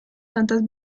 tantas